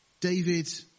David